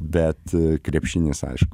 bet krepšinis aišku